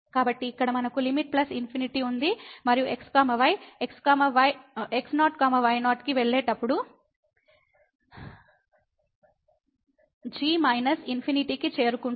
కాబట్టి ఇక్కడ మనకు లిమిట్ ప్లస్ ఇన్ఫినిటీ ఉంది మరియు x y x0 y0 కి వెళ్ళేటప్పుడు g మైనస్ ఇన్ఫినిటీ కి చేరుకుంటుంది